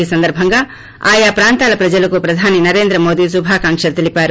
ఈ సందర్బంగా ఆయా ప్రాంతాల ప్రజలకు ప్రధాని నరేంద్ర మోదీ శుభాకాంక్షలు తెలిపారు